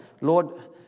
Lord